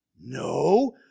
no